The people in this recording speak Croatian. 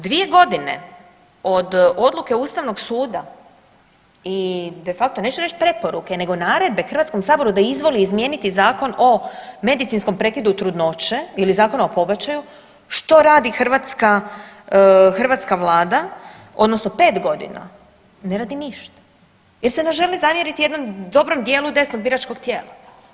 Dvije godine od odluke Ustavnog suda i de facto neću reći preporuke nego naredbe Hrvatskom saboru da izvoli izmijeniti Zakon o medicinskom prekidu trudnoće ili Zakona o pobačaju što radi hrvatska vlada, odnosno 5 godina, ne radi ništa jer se ne želi zamjeriti jednom dobrom dijelu desnog biračkog tijela.